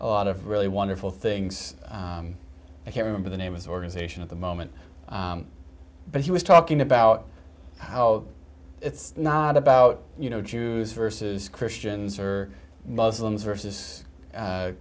a lot of really wonderful things i can't remember the name of organization of the moment but he was talking about how it's not about you know jews versus christians or muslims versus